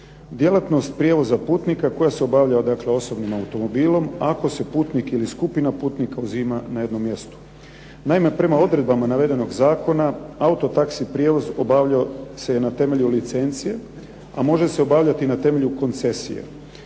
Djelatnost prijevoza putnika koja se obavljala dakle osobnim automobilom, ako se putnik ili skupina putnika uzima na jednom mjestu. Naime, prema odredbama navedenog zakona auto taxi prijevoz obavljao se je na temelju licencije, a može se obavljati i na temelju koncesije.